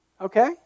Okay